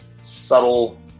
subtle